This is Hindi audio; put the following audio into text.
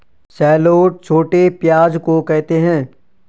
शैलोट छोटे प्याज़ को कहते है